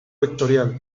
vectorial